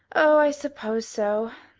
oh, i suppose so.